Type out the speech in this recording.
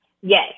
Yes